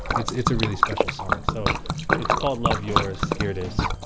it's it's a really special song. so it's called love yourz. here it is